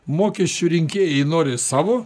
mokesčių rinkėjai nori savo